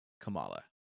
Kamala